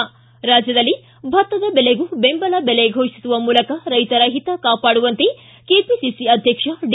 ಿ ರಾಜ್ಯದಲ್ಲಿ ಭತ್ತದ ಬೆಲೆಗೂ ಬೆಂಬಲ ಬೆಲೆ ಘೋಷಿಸುವ ಮೂಲಕ ರೈತರ ಹಿತ ಕಾಪಾಡುವಂತೆ ಕೆಪಿಸಿಸಿ ಅಧ್ಯಕ್ಷ ಡಿ